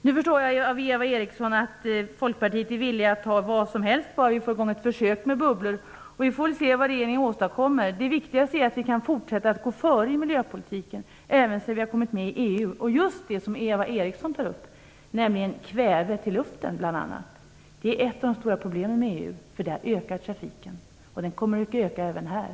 Jag förstår av Eva Eriksson att Folkpartiet är villigt att ta vad som helst, bara man får igenom ett försök med bubblor. Vi får se vad man åstadkommer. Det viktigaste är att vi kan fortsätta att gå före i miljöpolitiken när vi har kommit med i EU, även när det gäller just kvävet i luften, som Eva Eriksson tog upp. Ett av de stora problemen med EU är nämligen att trafiken ökar där - den kommer att öka också här.